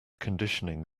conditioning